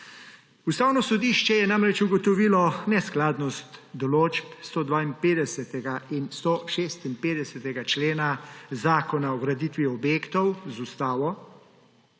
Ustavno sodišče je namreč ugotovilo neskladnost določb 152. in 156. člena Zakona o graditvi objektov z ustavo